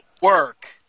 work